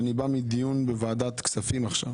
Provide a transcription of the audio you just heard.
ואני בא מדיון בוועדת כספים עכשיו